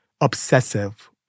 obsessive